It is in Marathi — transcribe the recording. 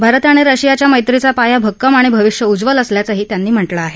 भारत आणि रशियाच्त्रा मैत्रीचा पाया भक्कम आणि भविष्य उज्ज्वल असल्याचंही त्यांनी म्हटलं आहे